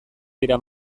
dira